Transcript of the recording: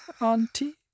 auntie